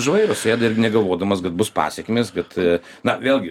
už vairo sėda irgi negalvodamas kad bus pasekmės kad na vėlgi